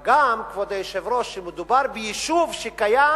מה גם, כבוד היושב-ראש, שמדובר ביישוב שהיה קיים